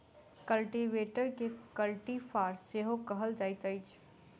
कल्टीवेटरकेँ कल्टी फार सेहो कहल जाइत अछि